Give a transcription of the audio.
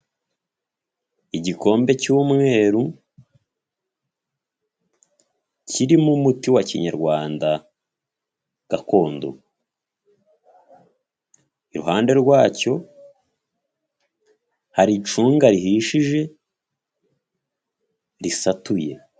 Igikombe cy'umweru kirimo umuti wa kinyarwanda gakondo, iruhande rwacyo hari icunga rihishije risatuye.